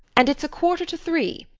and it's a quarter to three.